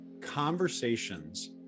conversations